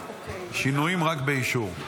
שינויים, רק באישור.